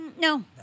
No